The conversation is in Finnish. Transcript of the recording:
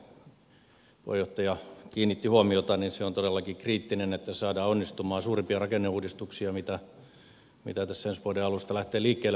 luonnonvarakeskus johon tässä puheenjohtaja kiinnitti huomiota on todellakin kriittinen että se saadaan onnistumaan suurimpia rakenneuudistuksia mitä ensi vuoden alusta lähtee liikkeelle valtionhallinnossa